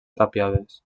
tapiades